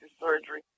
surgery